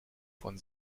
von